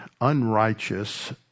unrighteous